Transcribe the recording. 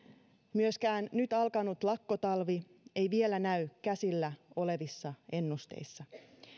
myöskään nyt alkanut lakkotalvi ei vielä näy käsillä olevissa ennusteissa